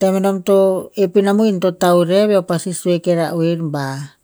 Tem enom to epina mohin to taurev eo pasi sue ki ra oer ba.